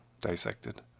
dissected